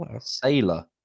Sailor